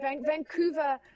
Vancouver